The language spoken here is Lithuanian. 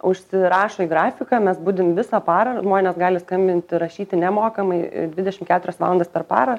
užsirašo į grafiką mes budim visą parą žmonės gali skambinti rašyti nemokamai dvidešim keturias valandas per parą